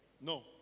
no